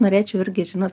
norėčiau irgi žino